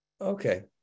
okay